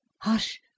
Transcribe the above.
Hush